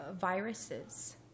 viruses